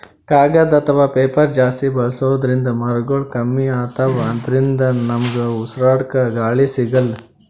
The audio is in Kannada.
ಕಾಗದ್ ಅಥವಾ ಪೇಪರ್ ಜಾಸ್ತಿ ಬಳಸೋದ್ರಿಂದ್ ಮರಗೊಳ್ ಕಮ್ಮಿ ಅತವ್ ಅದ್ರಿನ್ದ ನಮ್ಗ್ ಉಸ್ರಾಡ್ಕ ಗಾಳಿ ಸಿಗಲ್ಲ್